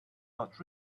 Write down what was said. but